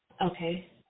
Okay